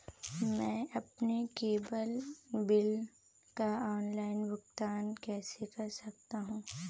मैं अपने cable bill का ऑनलाइन भुगतान कैसे कर सकता हूं?